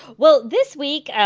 well, this week,